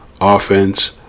offense